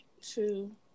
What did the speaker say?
two